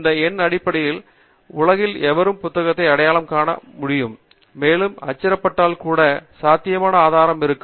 இந்த எண் அடிப்படையில் உலகில் எவரும் புத்தகத்தை அடையாளம் காண அனுமதிக்கலாம் மேலும் இது அச்சிடப்பட்டால் கூட சாத்தியமான ஆதாரமாக இருக்கும்